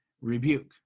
rebuke